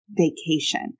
vacation